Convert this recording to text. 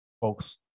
folks